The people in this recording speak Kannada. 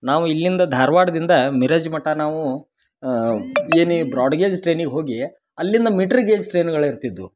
ನಾವು ಇಲ್ಲಿಂದ ಧಾರವಾಡದಿಂದ ಮಿರಜ್ ಮಟ್ಟ ನಾವು ಎನೀ ಬ್ರಾಡ್ಗೆಜ್ ಟ್ರೈನಿಗೆ ಹೋಗಿ ಅಲ್ಲಿಂದ ಮೀಟ್ರ್ಗೇಜ್ ಟ್ರೈನ್ಗಳು ಇರ್ತಿದ್ವು